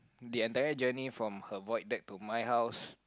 the entire journey from her void deck to my house